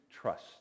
trust